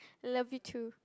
levy two